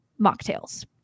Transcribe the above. mocktails